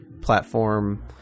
platform